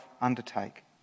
undertake